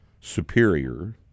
superior